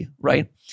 right